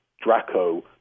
Draco